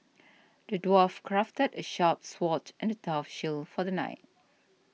the dwarf crafted a sharp sword and a tough shield for the knight